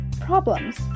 problems